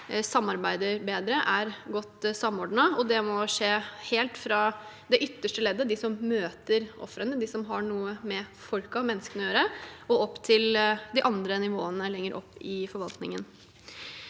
samarbeider bedre og er godt samordnet. Det må skje helt fra det ytterste leddet – de som møter ofrene, de som har noe med menneskene å gjøre – og opp til de andre nivåene lenger opp i forvaltningen.